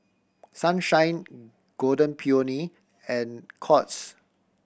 Sunshine Golden Peony and Courts